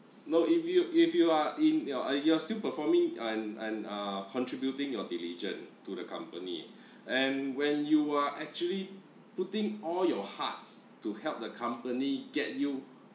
no if you if you are in your uh you are still performing and and uh contributing your diligent to the company and when you are actually putting all your hearts to help the company get you